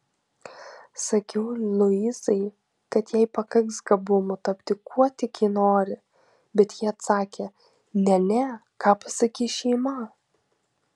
sakiau luizai kad jai pakaks gabumų tapti kuo tik ji nori bet ji atsakė ne ne ką pasakys šeima